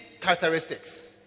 characteristics